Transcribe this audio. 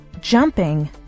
jumping